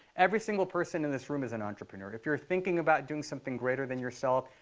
every single person in this room is an entrepreneur. if you're thinking about doing something greater than yourself,